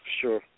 sure